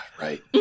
right